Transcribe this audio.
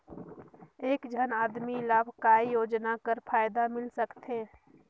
एक झन आदमी ला काय योजना कर फायदा मिल सकथे?